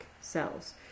cells